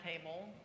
table